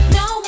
no